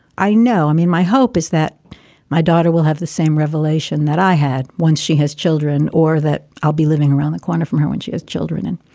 i know. i mean, my hope is that my daughter will have the same revelation that i had once she has children or that i'll be living around the corner from her when she has children. and